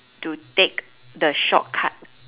to take the shortcut